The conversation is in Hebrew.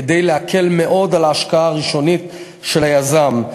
כדי להקל מאוד על ההשקעה הראשונית של היזם.